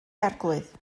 arglwydd